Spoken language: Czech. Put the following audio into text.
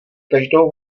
každou